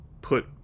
put